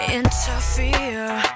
interfere